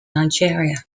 nigeria